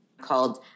called